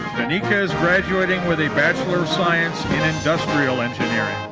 tanika is graduating with a bachelor of science in industrial engineering.